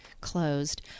closed